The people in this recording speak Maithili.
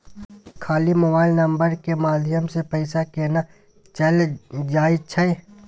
खाली मोबाइल नंबर के माध्यम से पैसा केना चल जायछै?